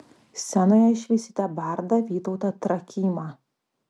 scenoje išvysite bardą vytautą trakymą